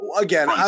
Again